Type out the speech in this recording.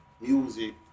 music